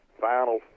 Final